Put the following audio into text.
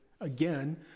Again